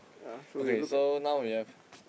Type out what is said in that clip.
okay so now we have